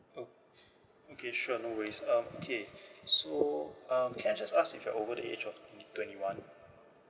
okay okay sure no worries uh okay so um can I just ask if you are over the age of twenty one